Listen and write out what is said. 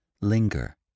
linger